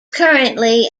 currently